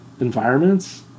environments